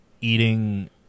eating